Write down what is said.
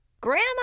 Grandma